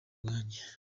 bwanjye